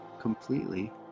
completely